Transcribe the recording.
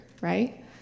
right